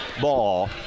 ball